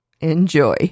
Enjoy